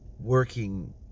working